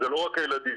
לא רק הילדים,